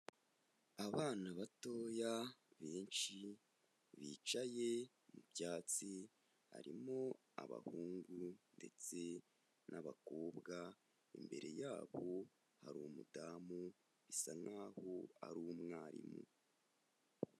Abana batoya benshi bicaye mu byatsi. Harimo abahungu ndetse n'abakobwa, imbere yabo hari umudamu bisa nkaho ari umwarimu.